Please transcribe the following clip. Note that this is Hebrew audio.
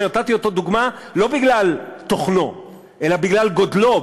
שנתתי אותו דוגמה לא בגלל תוכנו אלא בגלל גודלו,